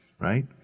right